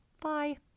Bye